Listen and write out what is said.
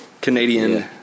Canadian